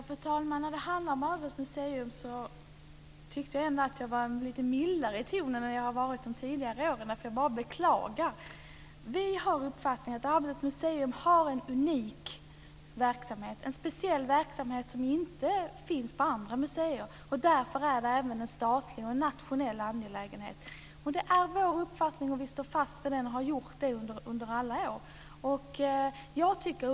Fru talman! När det handlar om Arbetets museum tyckte jag ändå att jag var lite mildare i tonen än vad jag varit de tidigare åren. Jag bara beklagade detta. Vi har uppfattningen att Arbetets museum har en unik verksamhet, en speciell verksamhet som inte finns på andra museer och därför är en statlig och en nationell angelägenhet. Det är vår uppfattning; den står vi fast vid och har så gjort under alla år.